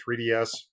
3DS